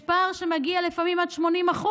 יש פער שמגיע לפעמים עד 80%,